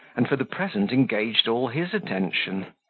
and for the present engaged all his attention.